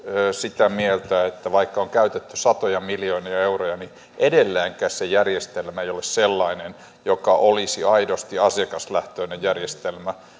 sitä mieltä että vaikka on käytetty satoja miljoonia euroja niin edelleenkään se järjestelmä ei ole sellainen aidosti asiakaslähtöinen järjestelmä